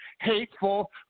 hateful